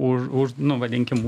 už už nu vadinkim